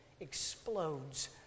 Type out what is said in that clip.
explodes